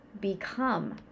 become